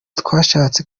twashatse